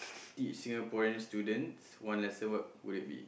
teach Singaporean students one lesson what would it be